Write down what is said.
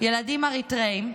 ילדים אריתריאים,